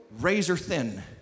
razor-thin